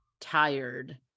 tired